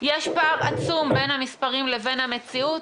יש פער עצום בין המספרים לבין המציאות,